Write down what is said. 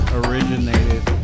originated